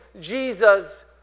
Jesus